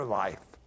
life